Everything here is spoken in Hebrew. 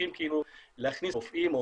שצריכים להכניס רופאים,